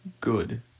good